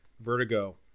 vertigo